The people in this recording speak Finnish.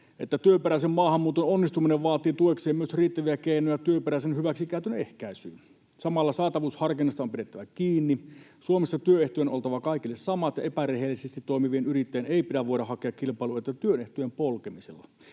että työperäisen maahanmuuton onnistuminen vaatii tuekseen myös riittäviä keinoja työperäisen hyväksikäytön ehkäisyyn. Samalla saatavuusharkinnasta on pidettävä kiinni. Suomessa työehtojen on oltava kaikille samat, ja epärehellisesti toimivien yrittäjien ei pidä voida hakea kilpailuetua työehtojen polkemisella.